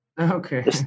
Okay